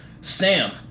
Sam